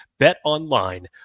Betonline